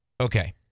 Okay